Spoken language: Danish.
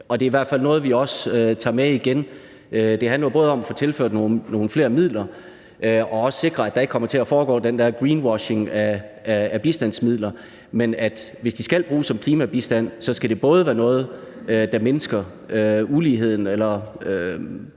Og det er i hvert fald noget, vi tager med igen. Det handler jo både om at få tilført nogle flere midler og også sikre, at der ikke kommer til at foregå den der greenwashing af bistandsmidler, men at det, hvis de skal bruges som klimabistand, skal være noget, der både mindsker uligheden og